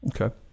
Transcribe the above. Okay